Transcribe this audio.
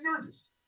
nervous